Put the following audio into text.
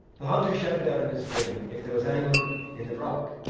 the hunter shouted out in his dream if there was any one in the broch,